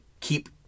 keep